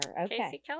Okay